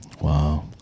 Wow